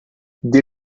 dès